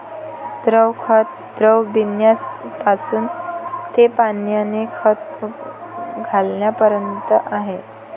द्रव खत, खत बियाण्यापासून ते पाण्याने खत घालण्यापर्यंत आहे